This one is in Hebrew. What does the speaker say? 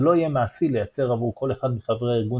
זה לא יהיה מעשי לייצר עבור כל אחד מחברי הארגון